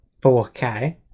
4K